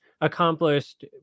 accomplished